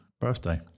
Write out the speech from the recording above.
birthday